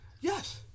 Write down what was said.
Yes